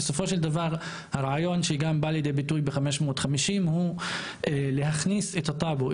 בסופו של דבר הרעיון שגם בא ליידי ביטוי ב- 550 הוא להכניס את הטאבו,